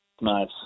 Nice